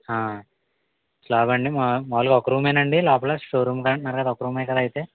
slab అండి మా మామూలుగా ఒక్క రూమేనా అండి లోపల షోరూమ్ గా అన్నారు ఒక్క రూమేగా అయితే